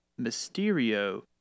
Mysterio